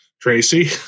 Tracy